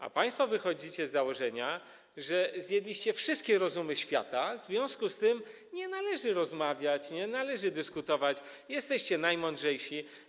A państwo wychodzicie z założenia, że zjedliście wszystkie rozumy świata, w związku z tym nie należy rozmawiać, nie należy dyskutować, jesteście najmądrzejsi.